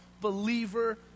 believer